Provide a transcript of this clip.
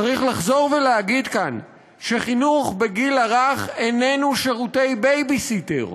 צריך לחזור ולהגיד כאן שחינוך בגיל הרך איננו שירותי בייביסיטר,